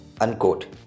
Unquote